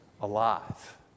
alive